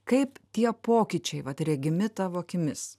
kaip tie pokyčiai va regimi tavo akimis